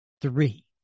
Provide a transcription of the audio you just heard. Three